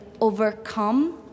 overcome